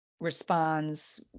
responds